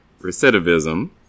recidivism